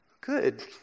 Good